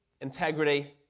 integrity